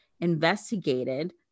investigated